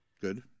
Good